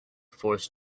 forced